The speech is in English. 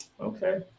Okay